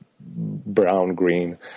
brown-green